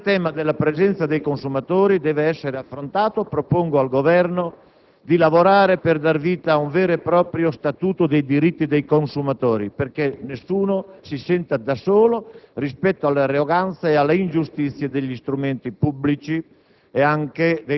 Quindi, il grande tema della presenza dei consumatori deve essere affrontato. Propongo al Governo di lavorare per dare vita ad un vero e proprio statuto dei diritti dei consumatori perché nessuno si senta solo di fronte all'arroganza e alle ingiustizie degli strumenti pubblici